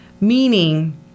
Meaning